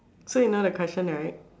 so you know the question right